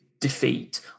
defeat